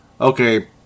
Okay